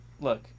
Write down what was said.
Look